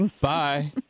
Bye